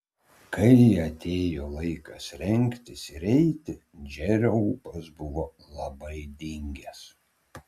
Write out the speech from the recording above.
kai atėjo laikas rengtis ir eiti džerio ūpas buvo labai dingęs